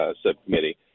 subcommittee